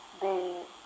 de